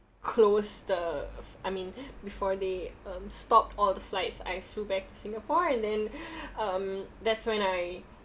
close the I mean before they um stopped all the flights I flew back to singapore and then um that's when I